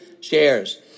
shares